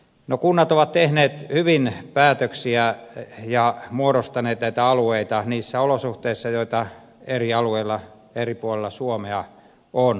no kunnat ovat tehneet hyvin päätöksiä ja muodostaneet näitä alueita niissä olosuhteissa joita eri alueilla eri puolella suomea on